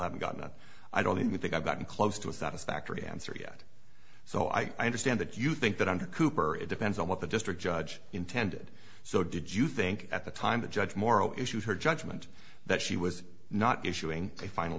haven't got that i don't even think i've gotten close to a satisfactory answer yet so i understand that you think that under cooper it depends on what the district judge intended so did you think at the time that judge morrow issued her judgment that she was not issuing a final